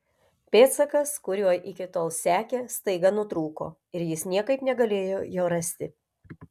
pėdsakas kuriuo iki tol sekė staiga nutrūko ir jis niekaip negalėjo jo rasti